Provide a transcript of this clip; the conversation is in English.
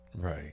Right